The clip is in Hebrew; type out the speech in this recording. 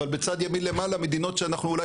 אבל בצד ימין למעלה מדינות שאנחנו אולי